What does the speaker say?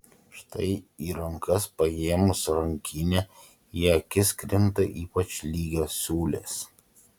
štai į rankas paėmus rankinę į akis krinta ypač lygios siūlės